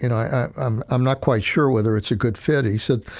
you know, i'm i'm not quite sure whether it's a good fit, he said,